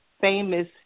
famous